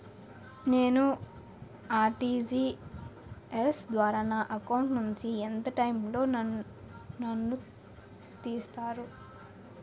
నేను ఆ.ర్టి.జి.ఎస్ ద్వారా నా అకౌంట్ నుంచి ఎంత టైం లో నన్ను తిసేస్తారు?